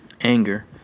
Anger